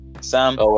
Sam